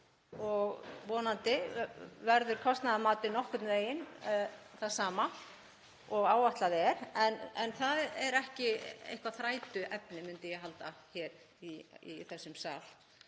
og vonandi verður kostnaðarmatið nokkurn veginn það sama og áætlað er. En það er ekki eitthvert þrætuepli, myndi ég halda, hér í þessum sal.